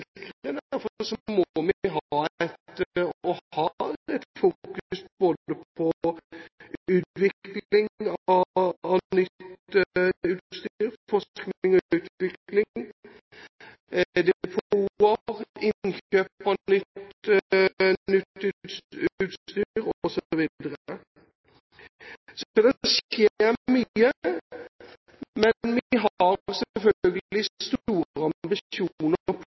på forskning og utvikling av nytt utstyr, depoter, innkjøp av nytt utstyr osv. Så det skjer mye, men vi har selvfølgelig